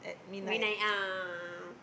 midnight ah